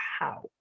Wow